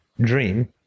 dream